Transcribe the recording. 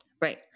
Right